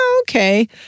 okay